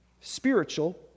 spiritual